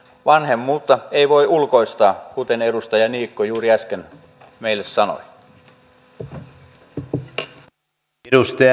vanhemmuutta ei voi ulkoistaa kuten edustaja niikko juuri äsken meille sanoi